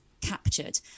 captured